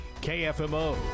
KFMO